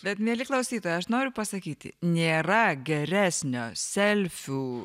bet mieli klausytojai aš noriu pasakyti nėra geresnio selfių